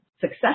success